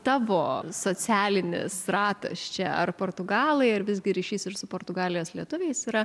tavo socialinis ratas čia ar portugalai ar visgi ryšys ir su portugalijos lietuviais yra